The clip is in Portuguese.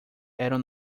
eram